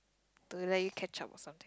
to let you catch up or something